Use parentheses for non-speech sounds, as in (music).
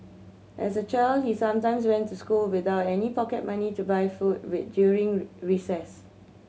as a child he sometimes went to school without any pocket money to buy food with during (unintelligible) recess